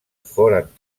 foren